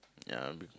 ya be~